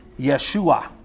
Yeshua